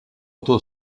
autour